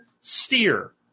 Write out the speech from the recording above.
steer